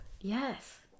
Yes